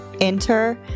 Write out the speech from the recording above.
Enter